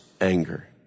anger